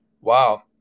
Wow